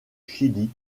chili